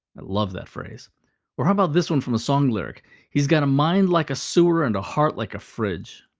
love that phrase or how about this one from a song lyric he's got a mind like a sewer and a heart like a fridge.